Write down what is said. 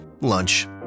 Lunch